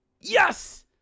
Yes